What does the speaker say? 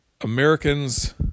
Americans